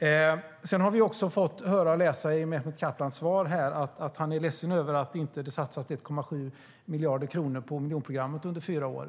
Vi har också fått höra i Mehmet Kaplans svar att han är ledsen över att det inte satsas 1,7 miljarder kronor på miljonprogrammet under fyra år.